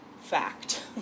fact